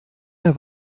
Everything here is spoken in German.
mehr